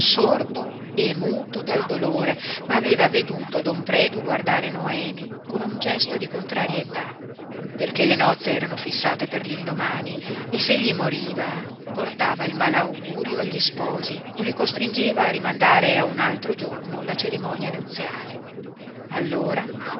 sordo e muto dal dolore ma aveva veduto don predu guardare noemi con un gesto di contrarietà perché le nozze erano fissate per l'indomani e s'egli moriva portava il malaugurio agli sposi o li costringeva a rimandare a un altro giorno la cerimonia nuziale allora